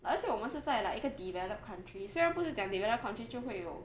like 而且我们是在 like 一个 developed country 虽然不是讲 developed country 就会用